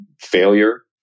failure